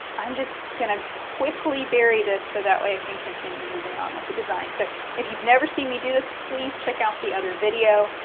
i'm just going to quickly bury this so that way i can continue moving on with the design. so if you've never seen me do this, please check out the other video.